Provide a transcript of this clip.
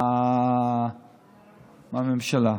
מהממשלה.